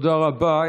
תודה רבה.